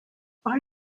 are